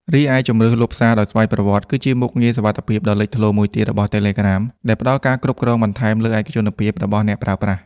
រីឯជម្រើសលុបសារដោយស្វ័យប្រវត្តិ គឺជាមុខងារសុវត្ថិភាពដ៏លេចធ្លោមួយទៀតរបស់ Telegram ដែលផ្ដល់ការគ្រប់គ្រងបន្ថែមលើឯកជនភាពរបស់អ្នកប្រើប្រាស់។